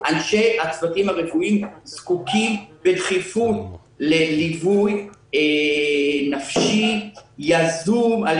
אנשי הצוותים הרפואיים זקוקים בדחיפות לליווי נפשי יזום על